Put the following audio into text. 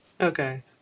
Okay